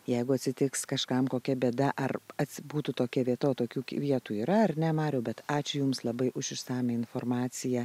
jeigu atsitiks kažkam kokia bėda ar atsi būtų tokia vieta o tokių vietų yra ar ne mariau bet ačiū jums labai už išsamią informaciją